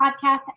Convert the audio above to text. podcast